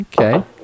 okay